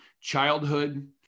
childhood